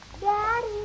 Daddy